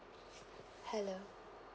hello